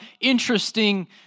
interesting